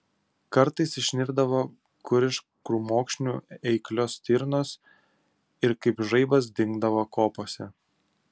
kartais išnirdavo kur iš krūmokšnių eiklios stirnos ir kaip žaibas dingdavo kopose